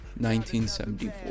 1974